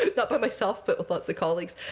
not by myself, but with lots of colleagues.